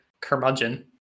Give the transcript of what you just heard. curmudgeon